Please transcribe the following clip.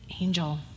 angel